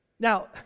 Now